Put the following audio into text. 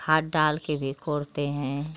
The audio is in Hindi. खाद डाल कर भी खोदते हैं